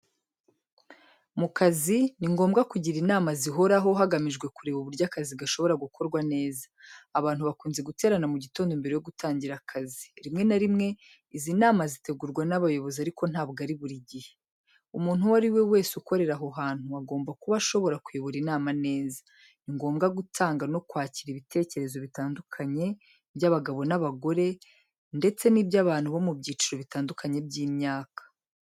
Mu kazi, ni ngombwa kugira inama zihoraho hagamijwe Kureba uburyo akazi gashobora gukorwa neza. Abantu bakunze guterana mu gitondo mbere yo gutangira akazi . Rimwe na rimwe, izi nama zitegurwa n’abayobozi, ariko ntabwo ari buri gihe , umuntu uwo ari we wese ukorera aho hantu agomba kuba ashobora kuyobora inama neza. Ni ngombwa gutanga no kwakira ibitekerezo bitandukanye by’abagabo n’abagore ndetse n’iby’abantu bo mu byiciro bitandukanye by’imyaka.